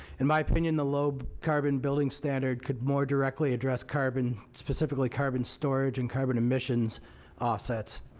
in my opinion the low but carbon building standard could more directly address carbon specific like carbon storage and carbon emissions offsets.